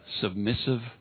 submissive